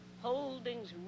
holdings